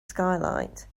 skylight